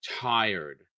tired